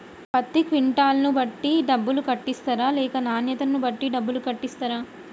పత్తి క్వింటాల్ ను బట్టి డబ్బులు కట్టిస్తరా లేక నాణ్యతను బట్టి డబ్బులు కట్టిస్తారా?